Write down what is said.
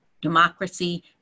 democracy